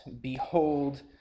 Behold